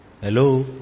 Hello